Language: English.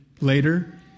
later